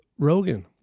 Rogen